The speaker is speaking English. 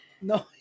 No